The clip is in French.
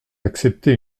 accepter